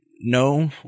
No